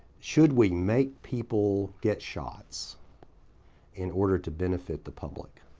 should we make people get shots in order to benefit the public?